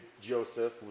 joseph